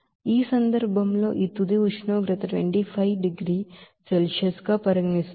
ఈ సందర్భంలో ఈ తుది ఉష్ణోగ్రతను 25 డిగ్రీల సెల్సియస్ గా పరిగణిస్తారు